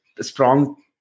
strong